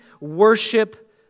worship